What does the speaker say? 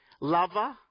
lover